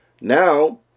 now